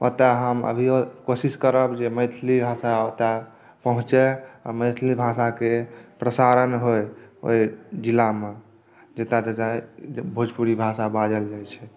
ओतय हम अभिओ कोशिश करब जे मैथिली भाषा ओतय पहुँचए आ मैथिली भाषाके प्रसारण होइ ओहि जिलामे जतय जतय भोजपुरी भाषा बाजल जाइत छै